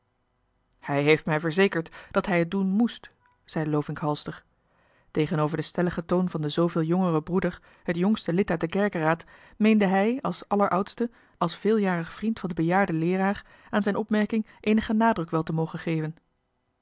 hij heeft me verzekerd dat hij het doen moèst zei lovink halster tegenover den stelligen toon van den zooveel jongeren broeder het jongste lid uit den kerkeraad meende hij als aller oudste als veeljarig vriend van den bejaarden leeraar aan johan de meester de zonde in het deftige dorp zijn opmerking eenigen nadruk wel te mogen geven